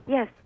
Yes